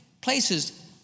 places